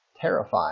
terrified